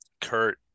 Kurt